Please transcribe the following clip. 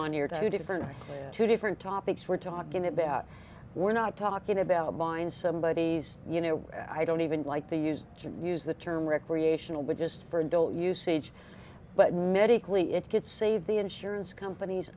on here two different two different topics we're talking about we're not talking about mine somebody you know i don't even like they used to use the term recreational but just for adult usage but medically it could save the insurance companies